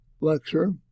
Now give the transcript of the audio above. lecture